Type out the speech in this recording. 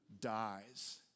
dies